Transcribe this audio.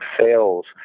sales